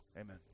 Amen